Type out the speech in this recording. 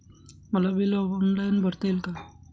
मला bill online भरता येईल का?